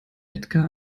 edgar